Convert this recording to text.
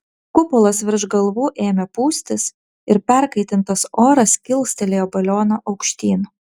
kupolas virš galvų ėmė pūstis ir perkaitintas oras kilstelėjo balioną aukštyn